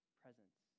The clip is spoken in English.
presence